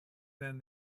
than